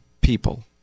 people